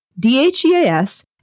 DHEAS